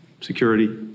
security